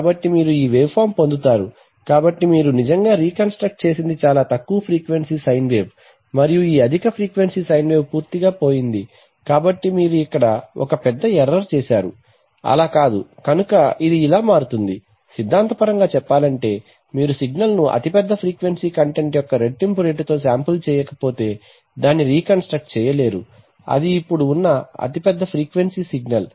కాబట్టి మీరు ఈ వేవ్ ఫామ్ పొందుతారు కాబట్టి మీరు నిజంగా రీ కన్ స్ట్రక్ట్ చేసింది చాలా తక్కువ ఫ్రీక్వెన్సీ సైన్ వేవ్ మరియు ఈ అధిక ఫ్రీక్వెన్సీ సైన్ వేవ్ పూర్తిగా పోయింది కాబట్టి మీరు ఇక్కడ ఒక పెద్ద ఎర్రర్ చేశారు అలా కాదు కనుక ఇది ఇలా మారుతుంది సిద్ధాంతపరంగా చెప్పాలంటే మీరు సిగ్నల్ను అతిపెద్ద ఫ్రీక్వెన్సీ కంటెంట్ యొక్క రెట్టింపు రేటుతో శాంపిల్ చేయకపోతే దాన్ని రీ కన్ స్ట్రక్ట్ చేయ లేరు అది ఇప్పుడు ఉన్న అతిపెద్ద ఫ్రీక్వెన్సీ సిగ్నల్